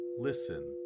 listen